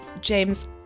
James